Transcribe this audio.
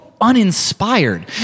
Uninspired